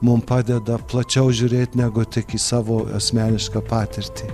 mum padeda plačiau žiūrėt negu tik į savo asmenišką patirtį